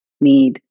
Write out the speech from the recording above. need